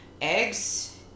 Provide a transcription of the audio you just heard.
eggs